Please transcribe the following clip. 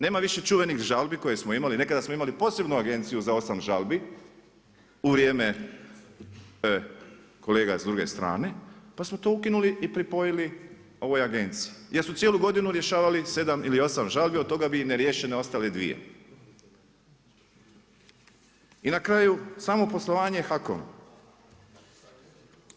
Nema više čuvenih žalbi koje smo imali, nekada smo imali posebnu agenciju za … žalbi u vrijeme kolega s druge strane pa smo to ukinuli i pripojili ovoj agenciji jer su cijelu godinu rješavali 7 ili 8 žalbi, od toga bi im neriješene ostale 2. I na kraju samo poslovanje HAKOM-a.